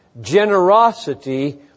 generosity